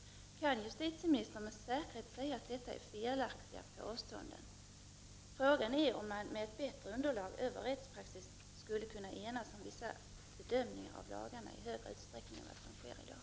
Kan justitieministern med säkerhet säga att detta är felaktiga påståenden? Frågan är om man med ett bättre underlag i rättspraxis skulle kunna enas om vissa bedömningar av lagarna i högre utsträckning än vad som sker i dag.